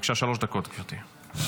בבקשה, שלוש דקות, גברתי.